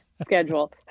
schedule